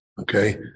Okay